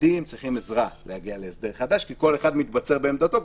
צדדים צריכים עזרה כדי להגיע להסדר חדש כי כל אחד מתבצר בעמדתו,